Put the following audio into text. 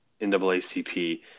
NAACP